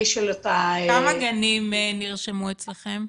של אותה --- כמה גנים נרשמו אצלכם?